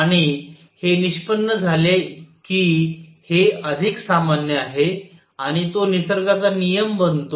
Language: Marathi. आणि हे निष्पन्न झाले की हे अधिक सामान्य आहे आणि तो निसर्गाचा नियम बनतो